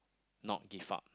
not give up